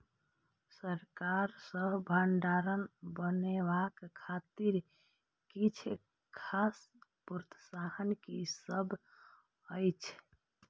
सरकार सँ भण्डार बनेवाक खातिर किछ खास प्रोत्साहन कि सब अइछ?